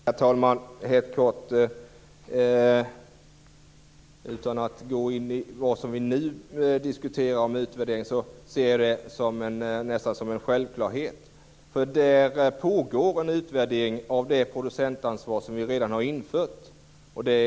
Herr talman! Helt kort: Utan att gå in på vad vi nu diskuterar om utvärdering ser jag det nästan som en självklarhet, för det pågår just nu en utvärdering av det producentansvar som vi redan har infört.